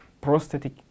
prosthetic